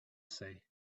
say